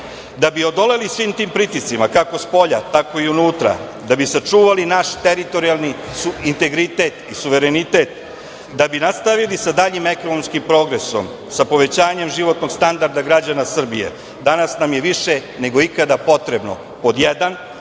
odoleli svim tim pritiscima, kako spolja tako i iznutra, da bi sačuvali naš teritorijalni integritet i suverenitet, da bi nastavili sa daljim ekonomskim progresom, sa povećanjem životnog standarda građana Srbije, danas nam je više nego ikada potrebno. Pod jedan